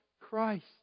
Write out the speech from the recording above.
Christ